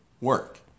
work